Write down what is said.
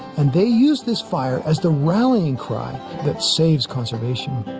and they used this fire as the rallying cry that saves conservation.